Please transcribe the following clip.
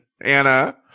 Anna